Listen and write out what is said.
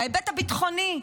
בהיבט הביטחוני,